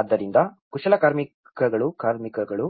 ಆದ್ದರಿಂದ ಕುಶಲಕರ್ಮಿಗಳು